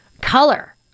Color